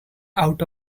out